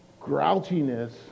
Grouchiness